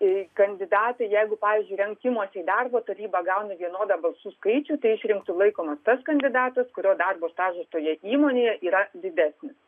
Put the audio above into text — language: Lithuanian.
jei kandidatai jeigu pavyzdžiui rinkimuose į darbo taryba gauna vienodą balsų skaičių tai išrinktu laikomas tas kandidatas kurio darbo stažas toje įmonėje yra didesnis